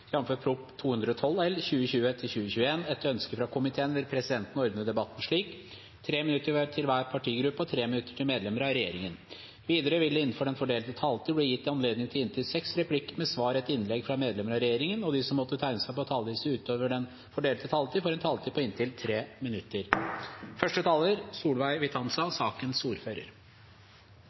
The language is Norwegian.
minutter til medlemmer av regjeringen. Videre vil det – innenfor den fordelte taletid – bli gitt anledning til inntil seks replikker med svar etter innlegg fra medlemmer av regjeringen, og de som måtte tegne seg på talerlisten utover den fordelte taletid, får en taletid på inntil 3 minutter.